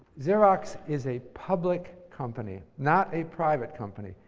xerox is a public company, not a private company.